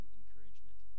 encouragement